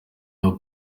y’aho